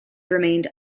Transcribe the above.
remained